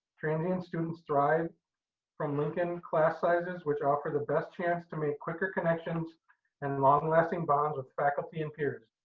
transient students thrive from lincoln class sizes, which offer the best chance to make quicker connections and long lasting bonds with faculty and peers.